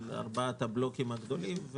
של ארבעת הבלוקים הגדולים,